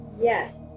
yes